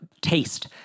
taste